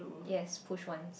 yea push ones